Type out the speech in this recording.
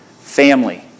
Family